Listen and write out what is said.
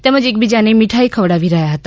તેમજ એકબીજાને મીઠાઇ ખવડાવી રહ્યાં હતા